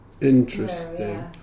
Interesting